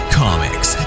comics